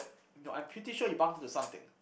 no I'm pretty sure he bumped into something